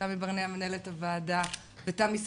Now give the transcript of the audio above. מנהלת הוועדה תמי ברנע,